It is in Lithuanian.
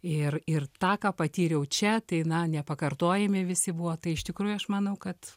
ir ir tą ką patyriau čia tai na nepakartojami visi buvo tai iš tikrųjų aš manau kad